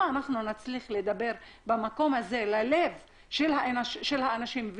אנחנו נצליח לדבר מהמקום הזה ללב של האנשים,